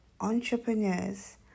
entrepreneurs